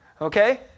Okay